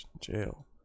jail